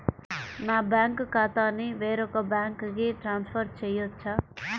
నా బ్యాంక్ ఖాతాని వేరొక బ్యాంక్కి ట్రాన్స్ఫర్ చేయొచ్చా?